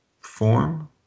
form